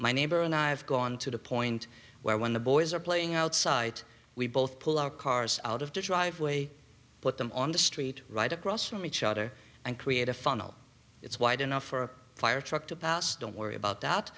my neighbor and i have gone to the point where when the boys are playing outside we both pull our cars out of driveway put them on the street right across from each other and create a funnel it's wide enough for a fire truck to pass don't worry about